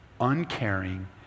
uncaring